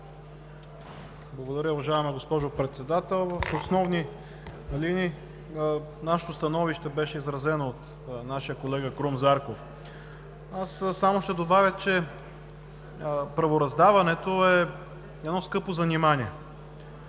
Благодаря, уважаема госпожо Председател. В основни линии становището ни беше изразено от нашия колега Крум Зарков. Само ще добавя, че правораздаването е едно скъпо занимание